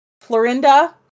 Florinda